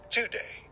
Today